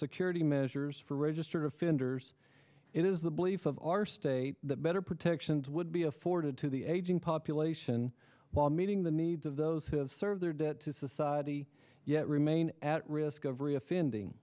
security measures for registered offenders it is the belief of our state that better protections would be afforded to the aging population while meeting the needs of those who have served their debt to society yet remain at risk of reoffending